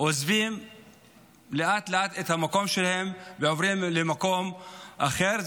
עוזבים לאט-לאט את המקום שלהם ועוברים למקום אחר.